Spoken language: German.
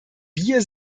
wir